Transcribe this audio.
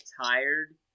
tired